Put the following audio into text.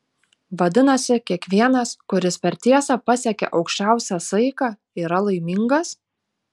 vadinasi kiekvienas kuris per tiesą pasiekia aukščiausią saiką yra laimingas